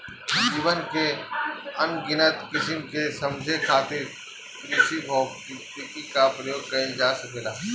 जीवन के अनगिनत किसिम के समझे खातिर कृषिभौतिकी क प्रयोग कइल जा सकेला